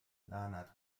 لعنت